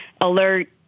alert